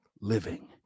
living